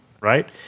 Right